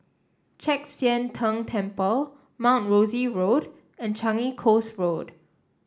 Chek Sian Tng Temple Mount Rosie Road and Changi Coast Road